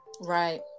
Right